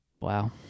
wow